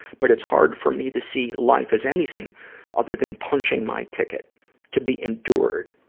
but it's hard for me to see life as anything other than punching my ticket to be endured,